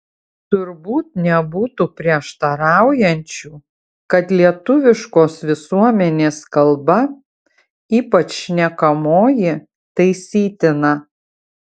turbūt nebūtų prieštaraujančių kad lietuviškos visuomenės kalba ypač šnekamoji taisytina